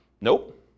Nope